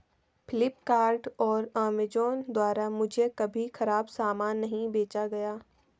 फ्लिपकार्ट और अमेजॉन द्वारा मुझे कभी खराब सामान नहीं बेचा गया